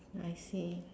I see